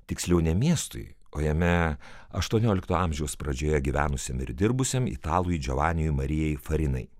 tiksliau ne miestui o jame aštuoniolikto amžiaus pradžioje gyvenusiam ir dirbusiam italui džovanijui marijai farinai